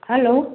hello